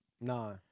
No